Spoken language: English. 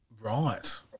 Right